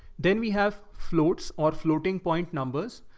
then we have floats or floating point numbers.